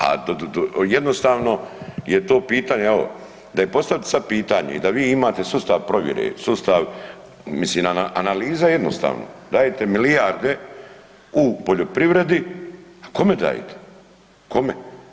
A jednostavno je to pitanje, evo da je postavit sad pitanje i da vi imate sustav provjere, sustav, mislim analiza je jednostavna, dajete milijarde u poljoprivredi, a kome dajete, kome.